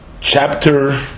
chapter